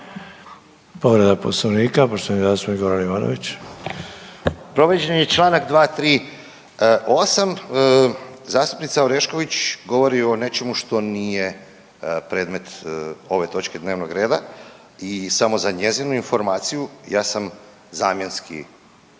**Ivanović, Goran (HDZ)** Povrijeđen je čl. 238. Zastupnica Orešković govori o nečemu što nije predmet ove točke dnevnog reda i samo za njezinu informaciju, ja sam zamjenski